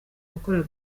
gukora